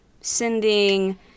sending